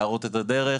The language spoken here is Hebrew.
להראות את הדרך